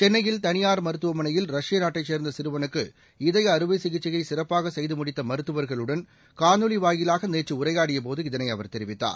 சென்னையில் தனியார் மருத்துவமனையில் ரஷ்ய நாட்டைச் சேர்ந்த சிறுவலுக்கு இதய அறுவை சிகிச்சைய சிறப்பாக செய்து முடித்த மருத்துவர்களுடன் காணொலி வாயிலாக நேற்று உரையாடியபோது இதனை அவர் தெரிவித்தார்